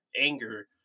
anger